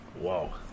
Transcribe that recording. wow